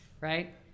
right